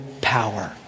power